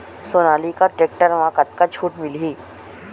Sonalika tractor म कतका छूट मिलही?